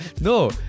No